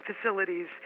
facilities